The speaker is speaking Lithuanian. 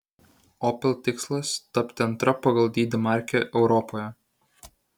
opel tikslas tapti antra pagal dydį marke europoje